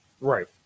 Right